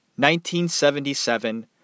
1977